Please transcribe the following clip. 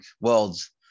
worlds